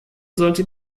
sollte